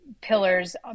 pillars